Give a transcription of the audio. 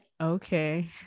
okay